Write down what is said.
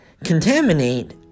contaminate